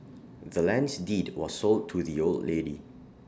the land's deed was sold to the old lady